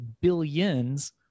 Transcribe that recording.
Billions